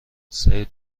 سعید